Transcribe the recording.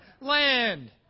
land